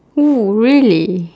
oh really